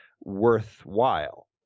worthwhile